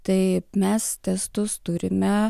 tai mes testus turime